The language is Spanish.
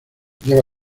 lleva